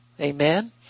Amen